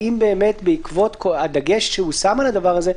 האם בעקבות הדגש שהושם על הדבר הזה,